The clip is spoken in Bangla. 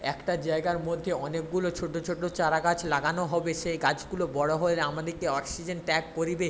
একটা জায়গার মধ্যে অনেকগুলো ছোটো ছোটো চারা গাছ লাগানো হবে সেই গাছগুলো বড়ো হয়ে আমাদেকে অক্সিজেন ত্যাগ করিবে